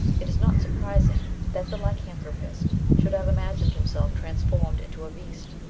it is not surprising that the lycanthropist should have imagined himself transformed into a beast.